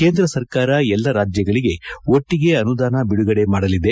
ಕೇಂದ್ರ ಸರ್ಕಾರ ಎಲ್ಲ ರಾಜ್ಯಗಳಿಗೆ ಒಟ್ಟಿಗೆ ಅನುದಾನ ಬಿದುಗಡೆ ಮಾಡಲಿದೆ